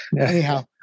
Anyhow